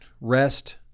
rest